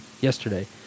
yesterday